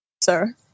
sir